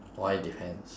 why depends